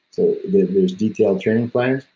there's detailed training plans.